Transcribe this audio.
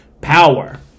power